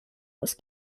was